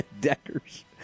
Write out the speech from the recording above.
Deckers